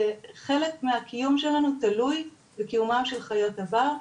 זה חלק מהקיום שלנו שתלוי בקיומם של חיות הבר,